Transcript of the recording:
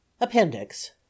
Appendix